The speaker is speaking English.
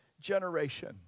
generation